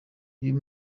uyu